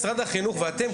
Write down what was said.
משרד החינוך ואתם,